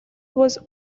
was